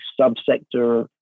subsector